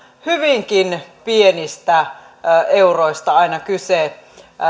hyvinkin pienistä euroista aina kyse